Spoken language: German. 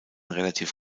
relativ